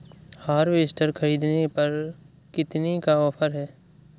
Harvester ख़रीदने पर कितनी का ऑफर है?